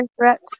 correct